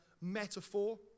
metaphor